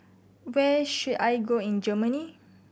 where should I go in Germany